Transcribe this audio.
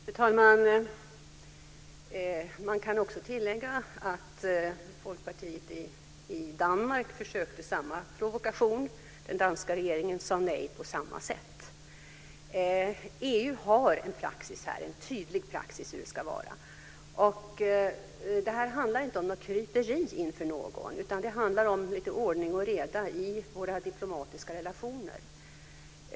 Fru talman! Man kan också tillägga att Folkpartiet i Danmark försökte samma provokation. Den danska regeringen sade nej på samma sätt. EU har här en tydlig praxis för hur det ska vara. Det handlar inte om kryperi inför någon, utan det handlar om lite ordning och reda i våra diplomatiska relationer.